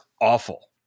awful